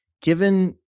given